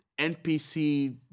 NPC